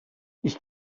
ich